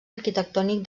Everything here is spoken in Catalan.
arquitectònic